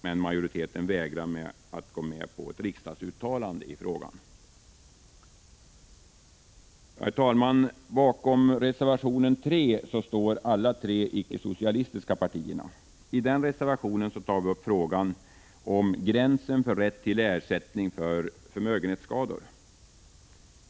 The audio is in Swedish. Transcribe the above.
Men majoriteten vägrar att gå med på ett riksdagsuttalande i frågan. Herr talman! Bakom reservation 3 står alla tre icke-socialistiska partier. I denna reservation tar vi upp frågan om gränsen för rätt till ersättning för förmögenhetsskador.